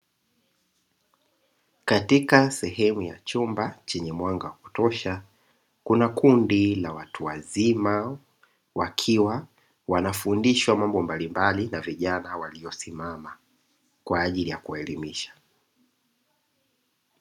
Katika sehemu ya chumba chenye mwanga wa kutosha, kuna kundi la watu wazima, wakiwa wanafundishwa mambo mbalimbali na vijana waliosimama kwa ajili ya kuwaelimisha.